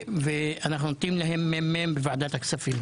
ואנחנו נותנים להם מ"מ קבוע בוועדת הכספים,